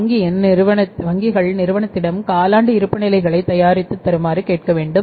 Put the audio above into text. வங்கியின் நிறுவனத்திடம் காலாண்டு இருப்புநிலைகளைத் தயாரித்து தருமாறு கேட்க வேண்டும்